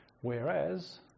whereas